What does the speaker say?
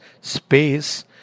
space